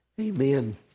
Amen